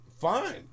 Fine